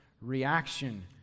reaction